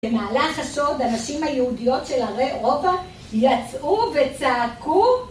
במהלך השוד, הנשים היהודיות של ערי אירופה יצאו וצעקו